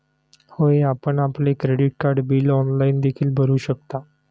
होय, आपण आपले क्रेडिट कार्ड बिल ऑनलाइन देखील भरू शकता